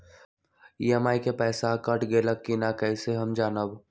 EMI के पईसा कट गेलक कि ना कइसे हम जानब?